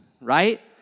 right